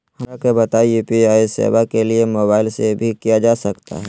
हमरा के बताइए यू.पी.आई सेवा के लिए मोबाइल से भी किया जा सकता है?